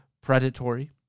predatory